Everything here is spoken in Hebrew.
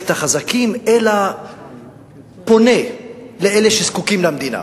את החזקים אלא פונה לאלה שזקוקים למדינה.